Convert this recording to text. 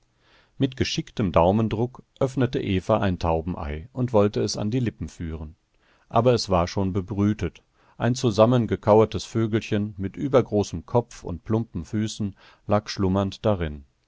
mit geschicktem daumendruck öffnete eva ein taubenei und wollte es an die lippen führen aber es war schon bebrütet ein zusammengekauertes vögelchen mit übergroßem kopf und plumpen füßen lag schlummernd darin